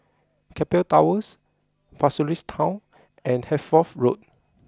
Keppel Towers Pasir Ris Town and Hertford Road